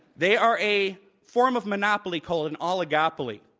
they are a form of monopoly called an oligopoly.